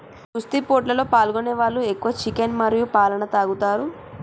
కుస్తీ పోటీలలో పాల్గొనే వాళ్ళు ఎక్కువ చికెన్ మరియు పాలన తాగుతారు